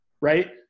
Right